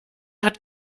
hat